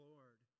Lord